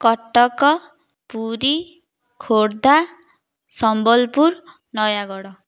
Cuttack Puri Khordha Sambalpur Nayagarh